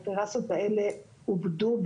הטרסות האלה עובדו,